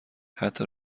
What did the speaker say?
حتی